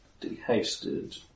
De-hasted